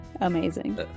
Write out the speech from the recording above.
Amazing